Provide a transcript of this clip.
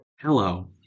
Hello